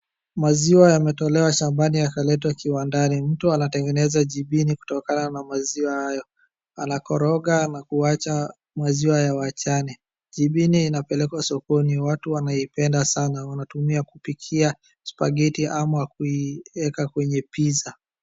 Maziwa yametolewa shambani yakaletwa kiwandani. Mtu anategeneza jimbini kutokana na maziwa hayo. Anakoroga na kuwacha maziwa yawachane. Jimbini inapelekwa sokoni. Watu wanaipeda sana wanatumia kupikia spaghetti ama kuiweka kwenye pizza .